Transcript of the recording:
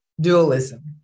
Dualism